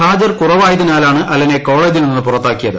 ഹാജർ കുറവായതിനാലാണ് അലനെ കോളേജിൽ നിന്ന് പുറത്താക്കിയത്